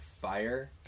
fire